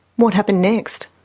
what happened next?